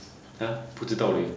!huh! 不知道 leh